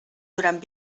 durant